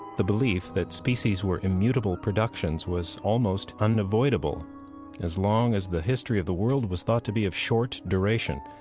the belief that species were immutable productions was almost unavoidable as long as the history of the world was thought to be of short duration.